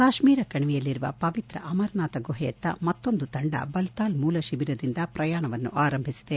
ಕಾಶ್ಮೀರ ಕಣಿವೆಯಲ್ಲಿರುವ ಪವಿತ್ರ ಅಮರನಾಥ ಗುಹೆಯತ್ತ ಮತ್ತೊಂದು ತಂಡ ಬಲ್ತಾಲ್ ಮೂಲ ಶಿಬಿರದಿಂದ ಪ್ರಯಾಣವನ್ನು ಆರಂಭಿಸಿದೆ